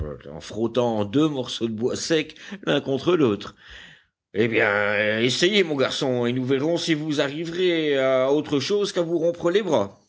en frottant deux morceaux de bois secs l'un contre l'autre eh bien essayez mon garçon et nous verrons si vous arriverez à autre chose qu'à vous rompre les bras